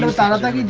and titles like in